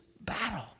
battle